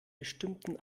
bestimmten